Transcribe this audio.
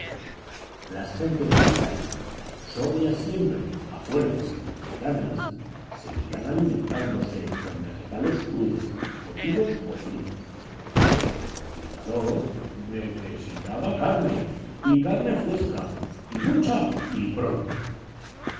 las gentes del país sobrias siempre a fuer de semiafricanas seguían alimentándose con vegetales crudos cocidos o fritos pero el conquistador necesitaba carne y carne fresca y mucha y pronto